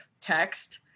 text